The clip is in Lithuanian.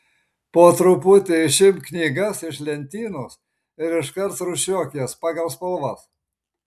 po truputį išimk knygas iš lentynos ir iškart rūšiuok jas pagal spalvas